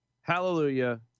Hallelujah